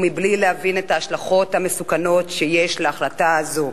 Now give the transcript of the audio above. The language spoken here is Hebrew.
בלי להבין את ההשלכות המסוכנות של החלטה זו.